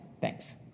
Thanks